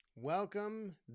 welcome